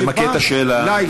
תמקד את השאלה.